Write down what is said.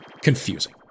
confusing